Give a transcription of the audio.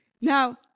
Now